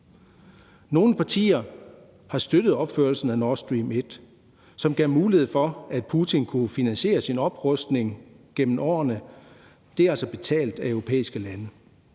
Nogle partier har støttet opførelsen af Nord Stream 1, som gav mulighed for, at Putin kunne finansiere sin oprustning gennem årene. Den er altså betalt af europæiske lande.